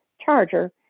charger